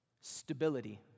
Stability